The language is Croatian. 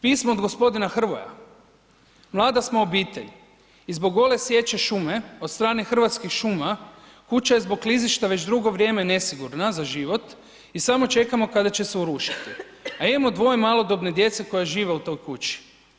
Pismo od g. Hrvoja, mlada smo obitelj i zbog gole sječe šume od strane Hrvatskih šuma, kuća je zbog klizišta već drugo vrijeme nesigurna za život i samo čekamo kada će se urušiti, a imamo dvoje malodobne djece koja žive u toj kući.